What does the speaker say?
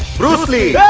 bruce lee.